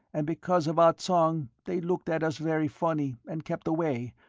and because of ah tsong, they looked at us very funny and kept away,